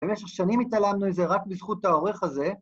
במשך שנים התעלמנו את זה רק בזכות העורך הזה.